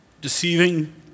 deceiving